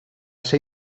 ser